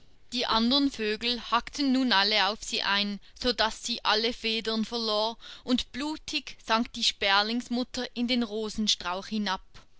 die andern vögel hackten nun alle auf sie ein sodaß sie alle federn verlor und blutig sank die sperlingsmutter in den rosenstrauch hinab